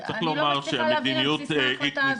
אני לא מצליחה להבין את בסיס ההחלטה הזו.